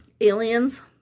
Aliens